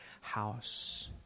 house